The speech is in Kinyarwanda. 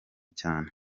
cyane